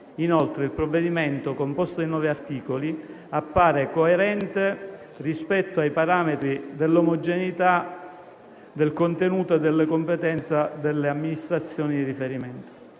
Inoltre, il provvedimento, composto di nove articoli, appare coerente rispetto ai parametri dell'omogeneità del contenuto e delle competenze delle amministrazioni di riferimento.